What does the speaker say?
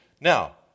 Now